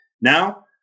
now